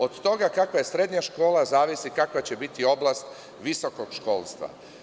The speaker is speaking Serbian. Od toga kakva je srednja škola zavisi kakva će biti oblast visokog školstva.